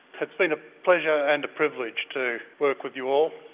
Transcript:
it's been a pleasure and a privilege to work with you all.